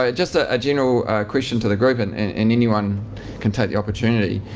ah just ah a general question to the group, and and and anyone can take the opportunity.